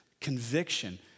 conviction